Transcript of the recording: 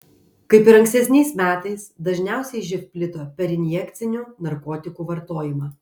kaip ir ankstesniais metais dažniausiai živ plito per injekcinių narkotikų vartojimą